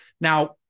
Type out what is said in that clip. Now